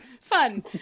fun